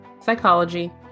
psychology